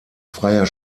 freier